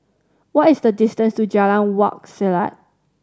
what is the distance to Jalan Wak Selat